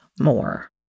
more